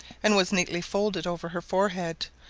and was neatly folded over her forehead,